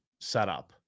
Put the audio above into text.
setup